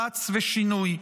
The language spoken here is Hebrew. ר"צ ושינוי.